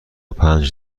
پنج